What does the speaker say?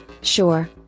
sure